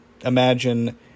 imagine